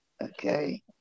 Okay